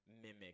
mimic